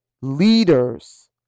leaders